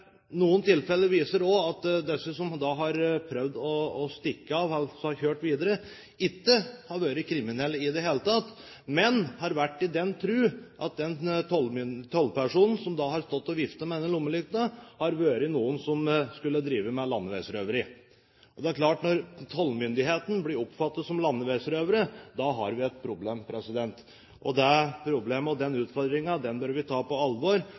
Noen tilfeller viser også at disse som har prøvd å stikke av, som altså har kjørt videre, ikke har vært kriminelle i det hele tatt, men har vært i den tro at den tollpersonen som sto og viftet med lommelykten, var en som skulle drive med landeveisrøveri. Det er klart at når tollmyndighetene blir oppfattet som landeveisrøvere, da har vi et problem. Og det problemet og den utfordringen bør vi ta på alvor